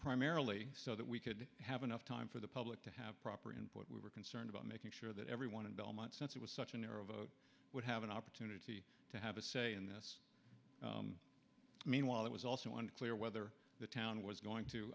primarily so that we could have enough time for the public to have proper input we were concerned about making sure that everyone in belmont since it was such a narrow vote would have an opportunity to have a say in this meanwhile it was also unclear whether the town was going to